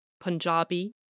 Punjabi